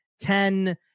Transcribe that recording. ten